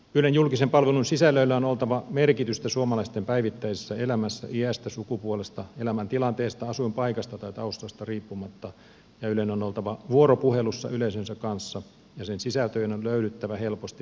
ylen julkisen palvelun sisällöillä on oltava merkitystä suomalaisten päivittäisessä elämässä iästä sukupuolesta elämäntilanteesta asuinpaikasta tai taustasta riippumatta ja ylen on oltava vuoropuhelussa yleisönsä kanssa ja sen sisältöjen on löydyttävä helposti monikanavaisessa maailmassa